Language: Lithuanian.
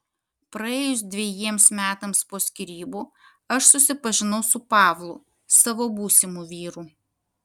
praėjus dvejiems metams po skyrybų aš susipažinau su pavlu savo būsimu vyru